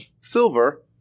silver